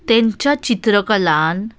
तांच्या चित्रकलान